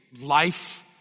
life